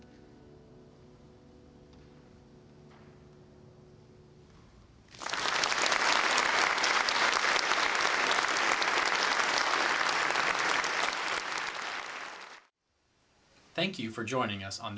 are thank you for joining us on